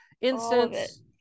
Incense